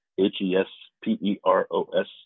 H-E-S-P-E-R-O-S